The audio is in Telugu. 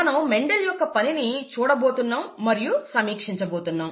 మనం మెండల్ యొక్క పనిని చూడబోతున్నాం మరియు సమీక్షించబోతున్నాం